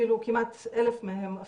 כמעט 1,000 מהם,